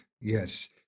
Yes